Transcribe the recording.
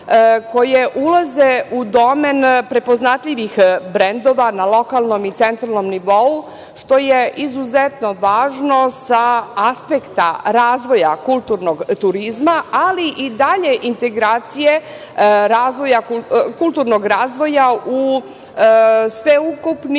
koje ulaze u domen prepoznatljivih brendova na lokalnom i centralnom nivou, što je izuzetno važno sa aspekta razvoja kulturnog turizma, ali i dalje integracije kulturnog razvoja u sveukupni